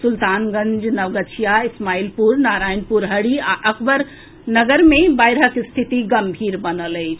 सुल्तानगंज नवगछिया इस्माइलपुर नारायणपुर हरि आ अकबर नगर मे बाढिक स्थिति गंभीर बनल अछि